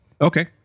Okay